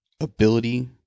ability